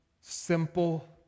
simple